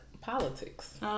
politics